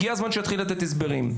הגיע הזמן שיתחיל לתת הסברים.